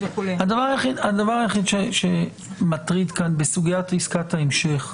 הדבר היחיד שמטריד כאן בסוגיית עסקת ההמשך,